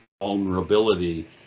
vulnerability